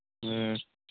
ꯎꯝ